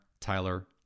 Tyler